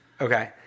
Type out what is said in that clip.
Okay